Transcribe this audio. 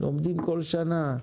לומדים כל שנה,